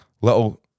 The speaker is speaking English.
little